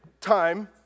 time